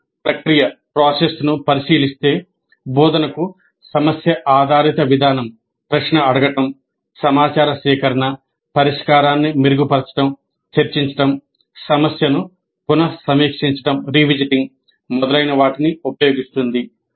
మీరు ప్రక్రియ మొదలైనవాటిని ఉపయోగిస్తుంది